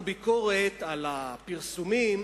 ביקורת על הפרסומים